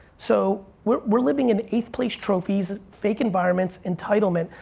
so we're we're living in eighth place trophies, fake environments, entitlement.